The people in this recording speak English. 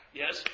yes